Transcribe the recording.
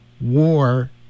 war